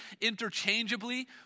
interchangeably